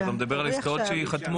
אתה מדבר על העסקאות שייחתמו.